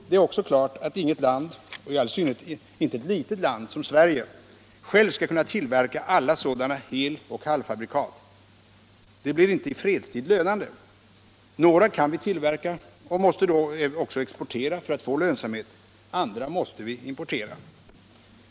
Det är också klart att inget land — och i all synnerhet inte ett litet land som Sverige — självt skall kunna tillverka alla sådana hel och halvfabrikat. Det blir inte i fredstid lönande. Några kan vi tillverka och måste då även exportera för att få lönsamhet, andra måste vi importera.